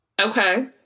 Okay